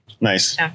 Nice